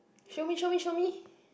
show me show me show me